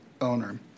owner